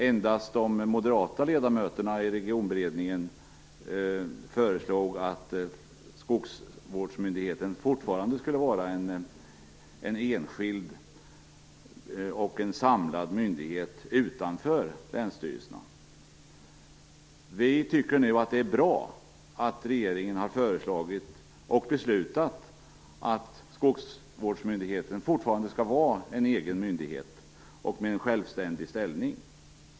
Endast de moderata ledamöterna i Regionberedningen föreslog att skogsvårdsmyndigheten fortfarande skulle vara en enskild och samlad myndighet utanför länsstyrelserna. Vi tycker nu att det är bra att regeringen har föreslagit och beslutat att skogsvårdsmyndigheten fortfarande skall vara en egen myndighet med självständig ställning.